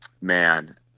man